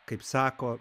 kaip sako